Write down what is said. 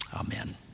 Amen